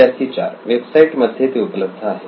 विद्यार्थी 4 वेबसाईट मध्ये ते उपलब्ध आहे